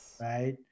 right